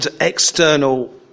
external